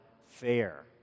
fair